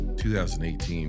2018